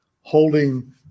holding